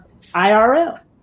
IRL